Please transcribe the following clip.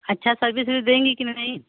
अच्छा सर्विस विस देंगी कि नहीं